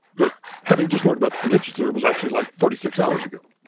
but having just learned about the convention center, it was actually like forty six hours ago.